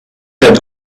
that